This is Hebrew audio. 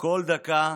כל דקה,